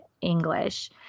English